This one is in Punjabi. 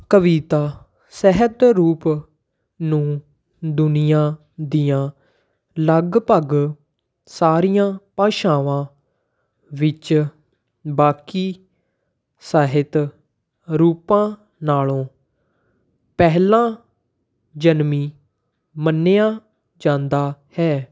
ਕਵਿਤਾ ਸਹਿਤ ਰੂਪ ਨੂੰ ਦੁਨੀਆਂ ਦੀਆਂ ਲਗਭਗ ਸਾਰੀਆਂ ਭਾਸ਼ਾਵਾਂ ਵਿੱਚ ਬਾਕੀ ਸਾਹਿਤ ਰੂਪਾਂ ਨਾਲੋਂ ਪਹਿਲਾਂ ਜਨਮੀ ਮੰਨਿਆ ਜਾਂਦਾ ਹੈ